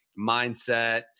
mindset